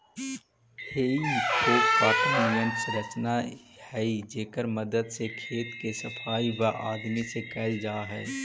हेइ फोक काँटा निअन संरचना हई जेकर मदद से खेत के सफाई वआदमी से कैल जा हई